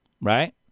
right